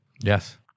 Yes